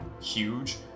huge